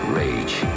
rage